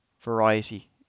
Variety